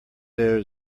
there